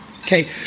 Okay